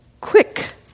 quick